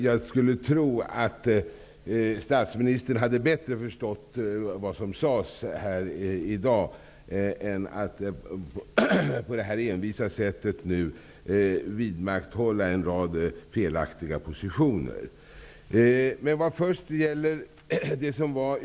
Jag tror att statsministern bättre skulle ha förstått vad som sades här i dag och att han inte på det här envisa sättet skulle vidmakthålla en rad felaktiga positioner.